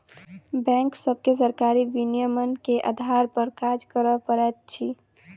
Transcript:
bank सभके सरकारी विनियमन के आधार पर काज करअ पड़ैत अछि